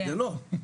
זה לא,